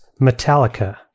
Metallica